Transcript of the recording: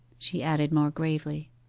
she added more gravely,